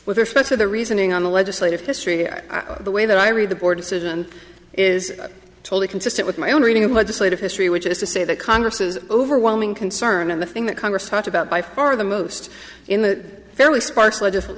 with respect to the reasoning on the legislative history the way that i read the board decision is totally consistent with my own reading of legislative history which is to say that congress's overwhelming concern of the thing that congress talked about by far the most in that fairly sparse legislate